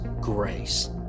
grace